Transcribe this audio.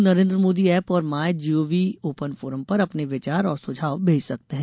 लोग नरेन्द्र मोदी एप और my G O V open forum पर अपने विचार और सुझाव भेज सकते हैं